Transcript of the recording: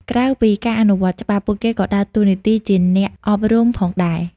ក្រៅពីការអនុវត្តច្បាប់ ពួកគេក៏ដើរតួនាទីជា អ្នកអប់រំ ផងដែរ។